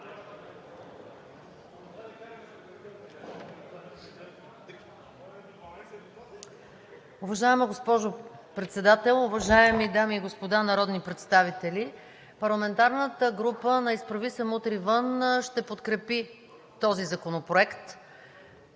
Уважаема госпожо Председател, уважаеми дами и господа народни представители! Парламентарната група на „Изправи се! Мутри вън!“ ще подкрепи този законопроект.